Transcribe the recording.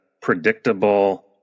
predictable